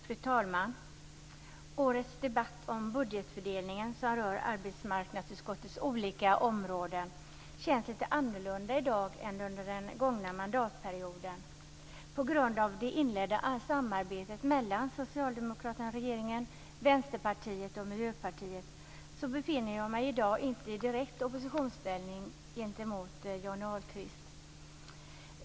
Fru talman! Årets debatt om budgetfördelningen som rör arbetsmarknadsutskottets olika områden känns lite annorlunda än under den gångna mandatperioden. På grund av det inledda samarbetet mellan Socialdemokraterna och regeringen, Vänsterpartiet och Miljöpartiet befinner jag mig i dag inte i direkt oppositionsställning gentemot Johnny Ahlqvist.